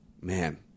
Man